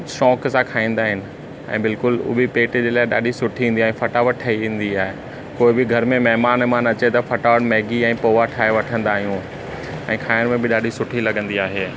शौक़ु सां खाईंदा आहिनि ऐं बिल्कुलु उ बि पेट जे लाइ ॾाढी सुठी ईंदी आहे फटाफट ठही वेंदी आहे कोई बि घर में महिमान वहिमान अचे त फटाफट मैगी ऐं पोहा ठाहे वठंदा आहियूं ऐं खाइण में बि ॾाढी सुठी लॻंदी आहे